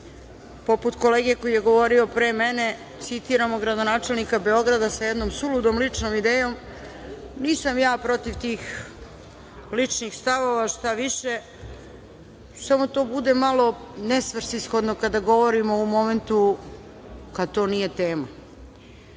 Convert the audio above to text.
poput kolege koji je govorio pre mene, citiramo gradonačelnika Beograda sa jednom suludom ličnom idejom. Nisam ja protiv tih ličnih stavova, šta više, samo to bude malo nesvrsishodno kada govorimo u momentu kada to nije